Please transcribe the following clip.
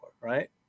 Right